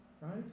right